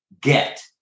get